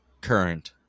current